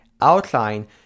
outline